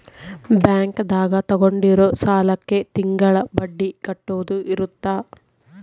bank ದಾಗ ತಗೊಂಡಿರೋ ಸಾಲಕ್ಕೆ ತಿಂಗಳ ಬಡ್ಡಿ ಕಟ್ಟೋದು ಇರುತ್ತ